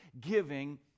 giving